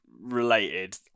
related